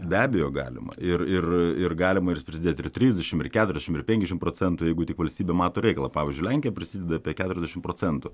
be abejo galima ir ir ir galima ir prisidėt ir trisdešim ir keturiasdešim ir penkiasdešim procentų jeigu tik valstybė mato reikalą pavyzdžiui lenkija prisideda apie keturiasdešim procentų